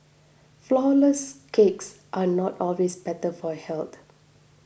Flourless Cakes are not always better for health